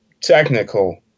technical